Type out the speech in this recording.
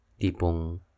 tipong